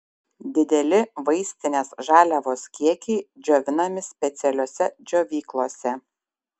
dideli vaistinės žaliavos kiekiai džiovinami specialiose džiovyklose